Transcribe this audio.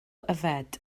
yfed